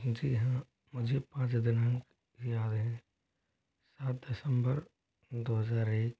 जी हाँ मुझे पाँच दिनांक याद है सात दिसम्बर दो हजार एक